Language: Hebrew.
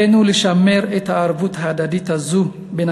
עלינו לשמר את הערבות ההדדית הזאת בין